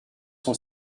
son